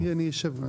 אני אשאר.